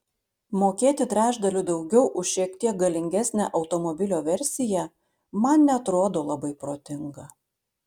mokėti trečdaliu daugiau už šiek tiek galingesnę automobilio versiją man neatrodo labai protinga